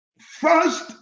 First